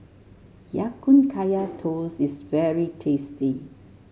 Ya Kun Kaya Toast is very tasty